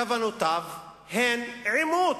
כוונותיו הן עימות.